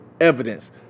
evidence